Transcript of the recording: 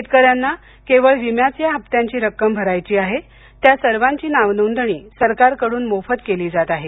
शेतकऱ्यांना केवळ विम्याचे हप्त्यांची रक्कम भरायची आहे त्या सर्वांची नावनोंदणी सरकारकडून मोफत केली जात आहे